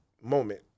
moment